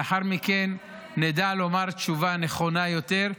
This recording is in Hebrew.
לאחר מכן נדע לומר תשובה נכונה יותר.